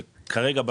שכרגע,